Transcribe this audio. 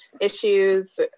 issues